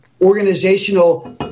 organizational